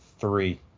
three